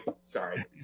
Sorry